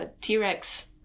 T-Rex